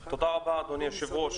תודה רבה, אדוני היושב-ראש.